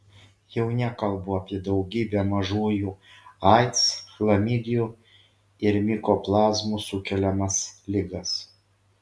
jau nekalbu apie daugybę mažųjų aids chlamidijų ir mikoplazmų sukeliamas ligas